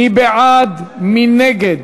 מי בעד, מי נגד?